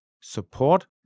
support